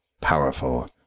powerful